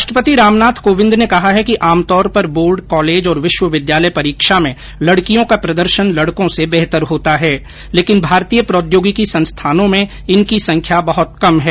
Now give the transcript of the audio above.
राष्ट्रपति रामनाथ कोविंद ने कहा है कि आमतौर पर बोर्ड कॉलेज और विश्वविद्यालय परीक्षा में लड़कियों का प्रदर्शन लड़कों से बेहतर होता है लेकिन भारतीय प्रौद्योगिकी संस्थानों में इनकी संख्या बहत कम है